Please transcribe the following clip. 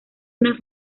una